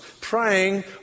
praying